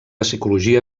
psicologia